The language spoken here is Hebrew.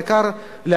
העיקר מבחינתם,